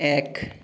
এক